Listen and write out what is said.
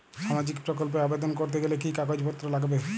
সামাজিক প্রকল্প এ আবেদন করতে গেলে কি কাগজ পত্র লাগবে?